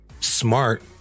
Smart